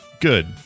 Good